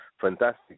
fantastic